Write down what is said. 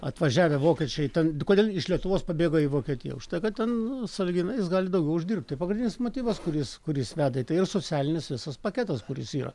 atvažiavę vokiečiai ten kodėl iš lietuvos pabėgo į vokietiją užtai kad ten sąlyginai jis gali daugiau uždirbti pagrindinis motyvas kuris kuris veda tai yra socialinis visas paketas kuris yra